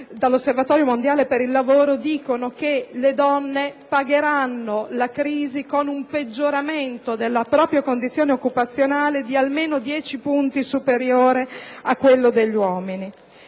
internazionale del lavoro (ILO) dicono che le donne pagheranno la crisi con un peggioramento della propria condizione occupazionale di almeno dieci punti superiore a quello degli uomini.